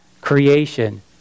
creation